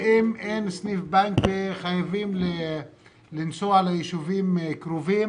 ואם אין סניף בנק חייבים לנסוע ליישובים קרובים.